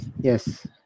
Yes